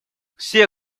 все